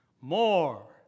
more